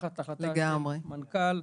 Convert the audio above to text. היא תחת החלטת מנכ"ל,